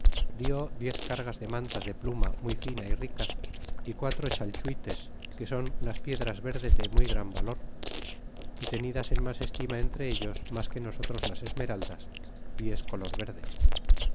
dió diez cargad de mantas de pluma muy fina y ricas y quatro chalchuites que son unas piedras verdes de muy gran valor y tenidas en mas estima entre ellos mas que nosotros las esmeraldas y es color verde